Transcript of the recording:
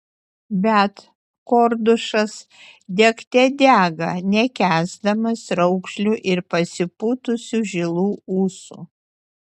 bet kordušas degte dega nekęsdamas raukšlių ir pasipūtusių žilų ūsų